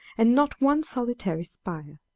and not one solitary spire.